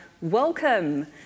welcome